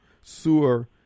sewer